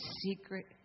secret